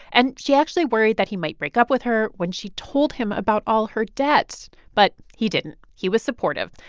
and she actually worried that he might break up with her when she told him about all her debt. but he didn't. he was supportive.